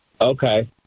Okay